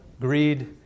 greed